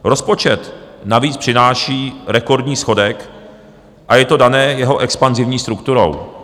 Rozpočet navíc přináší rekordní schodek a je to dané jeho expanzivní strukturou.